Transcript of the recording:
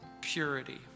purity